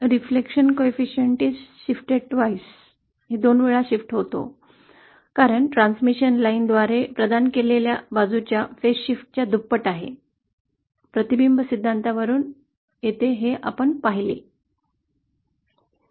reflection coefficient मध्ये दोन वेळा फेज शिफ्ट होते कारण ट्रान्समिशन लाईन द्वारे प्रदान केलेल्या बाजू च्या फेस शिफ्टच्या दुप्पट आहे प्रतिबिंब सिद्धान्तावरून येते हे आपण पाहिले